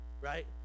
right